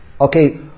Okay